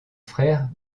frère